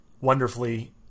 wonderfully